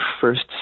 first